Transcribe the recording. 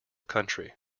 country